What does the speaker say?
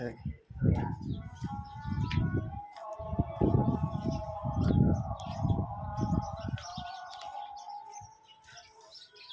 मधुमक्खी केरो मोम क उपयोग मोमबत्ती बनाय म औषधीय आरु सौंदर्य प्रसाधन म होय छै